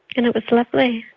and it was lovely.